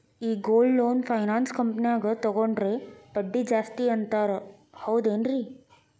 ಈ gold loan finance ಕಂಪನ್ಯಾಗ ತಗೊಂಡ್ರೆ ಬಡ್ಡಿ ಜಾಸ್ತಿ ಅಂತಾರ ಹೌದೇನ್ರಿ?